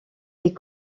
est